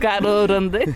karo randai